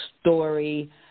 story